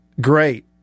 great